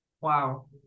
Wow